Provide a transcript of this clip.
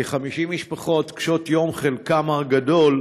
כ-50 משפחות קשות יום, בחלקן הגדול,